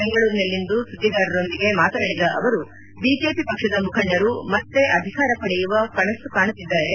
ಬೆಂಗಳೂರಿನಲ್ಲಿಂದು ಸುದ್ದಿಗಾರರೊಂದಿಗೆ ಮಾತನಾಡಿದ ಅವರು ಬಿಜೆಪಿ ಪಕ್ಷದ ಮುಖಂಡರು ಮತ್ತೆ ಅಧಿಕಾರ ಪಡೆಯುವ ಕನಸು ಕಾಣುತ್ತಿದ್ದಾರೆ